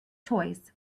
toys